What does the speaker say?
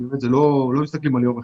לא מסתכלים על יום אחד.